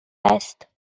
است